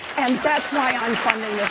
and that's why i'm funding